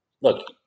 look